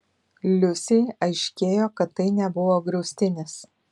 liusei aiškėjo kad tai nebuvo griaustinis